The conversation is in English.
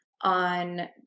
on